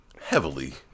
heavily